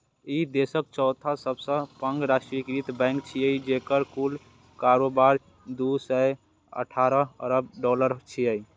ई देशक चौथा सबसं पैघ राष्ट्रीयकृत बैंक छियै, जेकर कुल कारोबार दू सय अठारह अरब डॉलर छै